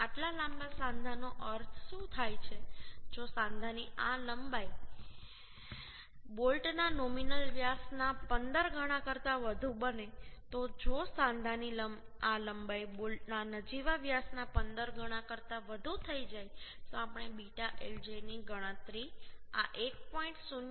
આટલા લાંબા સાંધાનો અર્થ શું થાય છે જો સાંધાની આ લંબાઈ બોલ્ટના નોમિનલ વ્યાસના 15 ગણા કરતાં વધુ બને તો જો સાંધાની આ લંબાઈ બોલ્ટના નજીવા વ્યાસના 15 ગણા કરતાં વધુ થઈ જાય તો આપણે β lj ની ગણતરી આ 1